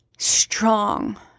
strong